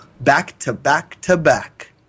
back-to-back-to-back